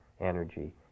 energy